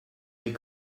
mes